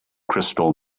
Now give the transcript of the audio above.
crystal